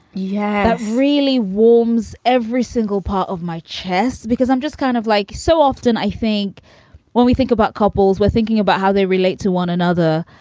yeah. really warms every single part of my chest because i'm just kind of like so often. i think when we think about couples, we're thinking about how they relate to one another.